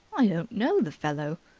i don't know the fellow.